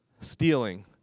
Stealing